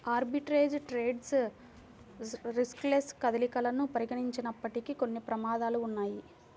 arbitrage trades riskless కదలికలను పరిగణించబడినప్పటికీ, కొన్ని ప్రమాదాలు ఉన్నయ్యి